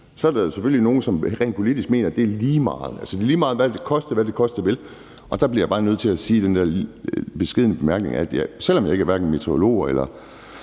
Så er der selvfølgelig nogle, som politisk mener, at det er lige meget. Altså, det er lige meget, hvad det vil koste; det må koste, hvad det koste vil. Og der bliver jeg bare nødt til at komme med den beskedne bemærkning, at selv om jeg hverken er meteorolog eller